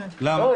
למה?